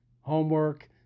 homework